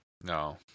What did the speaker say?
no